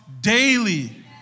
daily